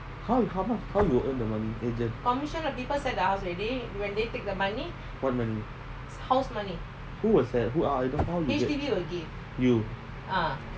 how how much how you earn the money agent what money who will sell who uh how to get you